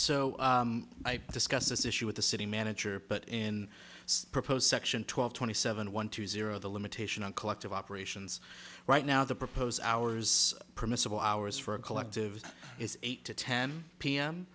so i discussed this issue with the city manager but in the proposed section twelve twenty seven one two zero the limitation on collective operations right now to propose hours permissible hours for a collective is eight to ten p